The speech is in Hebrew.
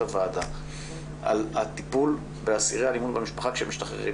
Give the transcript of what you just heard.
הוועדה על הטיפול באסירי אלמ"ב כשהם משתחררים,